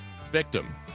victim